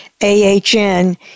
AHN